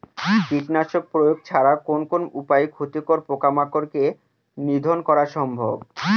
কীটনাশক প্রয়োগ ছাড়া কোন কোন উপায়ে ক্ষতিকর পোকামাকড় কে নিধন করা সম্ভব?